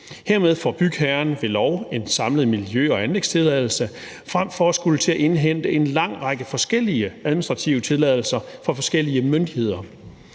Hermed får bygherren ved lov en samlet miljø- og anlægstilladelse fremfor at skulle indhente en lang række forskellige administrative tilladelser fra forskellige myndigheder.